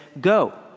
go